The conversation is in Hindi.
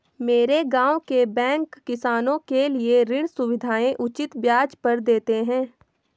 मेरे गांव के बैंक किसानों के लिए ऋण सुविधाएं उचित ब्याज पर देते हैं